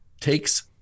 takes